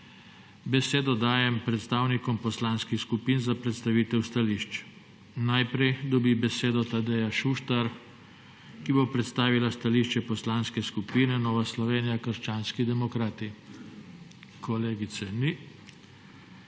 Besedo dajem predstavnikom poslanskih skupin za prestavitev stališč. Najprej dobi besedo Tadeja Šuštar, ki bo predstavila stališče Poslanske skupine Nova Slovenija – krščanski demokrati. Kolegice ni.